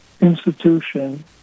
institution